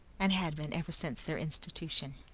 and had been ever since their institution.